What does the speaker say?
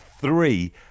three